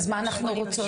אז מה אנחנו רוצות?